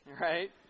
Right